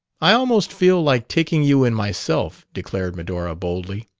i almost feel like taking you in myself, declared medora boldly.